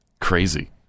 Crazy